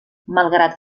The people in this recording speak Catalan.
malgrat